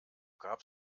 gab